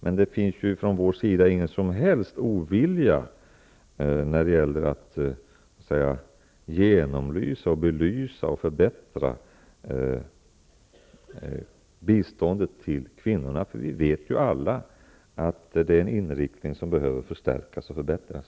Men det finns ifrån vår sida ingen som helst ovilja att genomlysa, belysa och förbättra biståndet till kvinnorna. Vi vet alla att det är en inriktning som behöver förstärkas och förbättras.